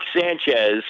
Sanchez